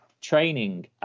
training